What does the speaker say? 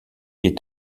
est